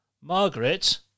Margaret